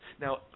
Now